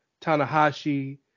Tanahashi